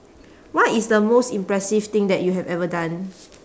what is the most impressive thing that you have ever done